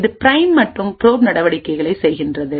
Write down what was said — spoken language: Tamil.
இது பிரைம் மற்றும் ப்ரோப் நடவடிக்கைகளை செய்கிறது